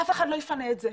אף אחד לא יפנה את זה,